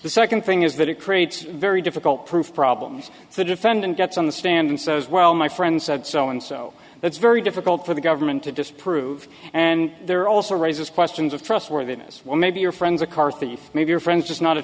the second thing is that it creates very difficult proof problems if the defendant gets on the stand and says well my friend said so and so it's very difficult for the government to disprove and they're also raises questions of trustworthiness well maybe your friend's a car thief maybe your friend just not a